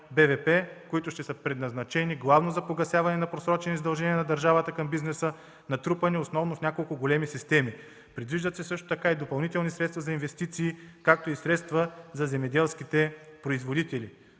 които ще са предназначени главно за погасяване на просрочени задължения на държавата към бизнеса, натрупани основно в няколко големи системи. Предвиждат се също така и допълнителни средства за инвестиции, както и средства за земеделските производители.